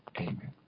Amen